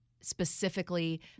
specifically